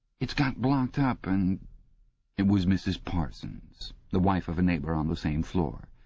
it's got blocked up and it was mrs. parsons, the wife of a neighbour on the same floor.